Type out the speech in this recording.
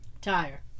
tire